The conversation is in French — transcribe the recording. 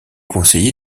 conseiller